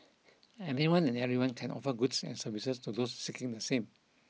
anyone and everyone can offer goods and services to those seeking the same